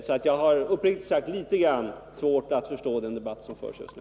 Jag har därför, uppriktigt sagt, litet svårt att förstå den debatt som pågår just nu.